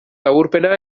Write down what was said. laburpena